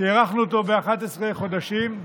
שהארכנו אותו ב-11 חודשים,